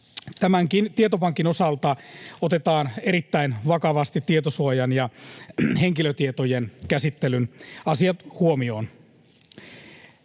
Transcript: Tämänkin tietopankin osalta otetaan erittäin vakavasti huomioon tietosuojan ja henkilötietojen käsittelyn asiat. Puhemies!